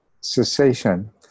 cessation